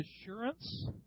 assurance